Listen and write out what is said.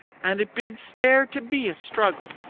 and it bids fair to be a struggle!